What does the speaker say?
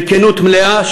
בכנות מלאה,